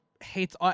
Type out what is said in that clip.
hates